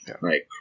right